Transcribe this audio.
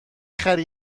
خری